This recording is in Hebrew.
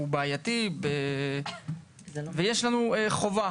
הוא בעייתי ויש לנו חובה,